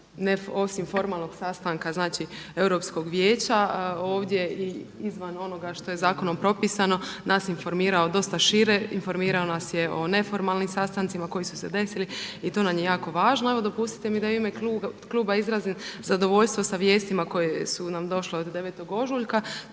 osim formalnog sastanka, znači Europskog vijeća ovdje i izvan onoga što je zakonom propisano nas informirao dosta šire, informirao nas je o neformalnim sastancima koji su se desili i to nam je jako važno. Evo dopustite mi da i u ime kluba izrazim zadovoljstvo sa vijestima koje su nam došle od 9. ožujka.